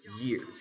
years